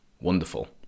wonderful